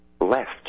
left